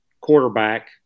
quarterback